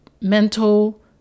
mental